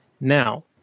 Now